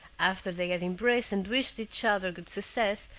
after they had embraced and wished each other good success,